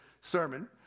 sermon